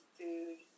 food